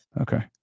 Okay